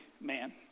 man